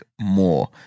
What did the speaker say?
More